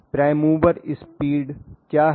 prime mover speed क्या है